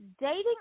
dating